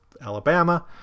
Alabama